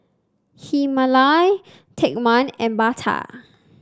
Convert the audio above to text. Himalaya Take One and Bata